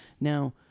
now